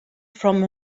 from